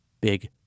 big